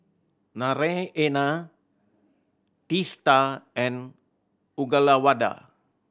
Naraina Teesta and Uyyalawada